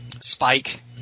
spike